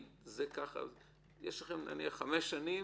יש לכם חמש שנים